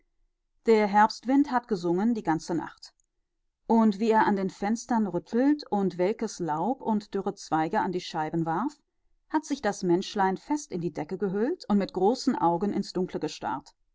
der herbstwind hat gesungen die ganze nacht und wie er an den fenstern rüttelt und welkes laub und dürre zweige an die scheiben warf hat sich das menschlein fest in die decke gehüllt und mit großen augen ins dunkle gestarrt